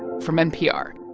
from npr